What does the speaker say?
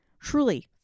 Truly